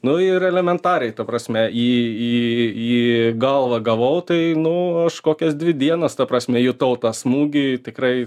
nu ir elementariai ta prasme į į į galvą gavau tai nu kokias dvi dienas ta prasme jutau tą smūgį tikrai